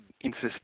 insist